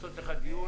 להקצות לך דיון.